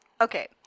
Okay